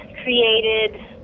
Created